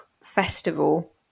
festival